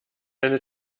eine